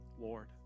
Lord